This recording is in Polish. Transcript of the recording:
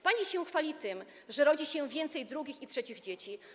Pani się chwali tym, że rodzi się więcej drugich i trzecich dzieci.